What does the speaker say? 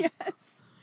Yes